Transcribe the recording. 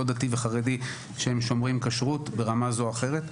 דתי וחרדי שהם שומרים כשרות ברמה זו או אחרת.